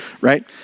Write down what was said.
right